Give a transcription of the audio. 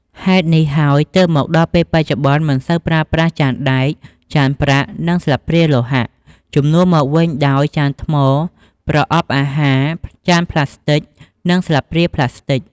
ហេតុនេះហើយទើបមកដល់ពេលបច្ចុប្បន្នមិនសូវប្រើប្រាស់ ចានដែក ចានប្រាក់ និងស្លាបព្រាលោហៈ ជំនួសមកវិញដោយ ចានថ្ម ប្រអប់អាហារ ចានប្លាស្ទិក និងស្លាបព្រាប្លាស្ទិក។